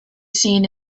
seen